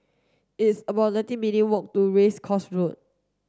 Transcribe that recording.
it's about nineteen minutes walk to Race Course Road